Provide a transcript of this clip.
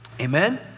Amen